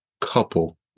couple